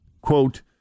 quote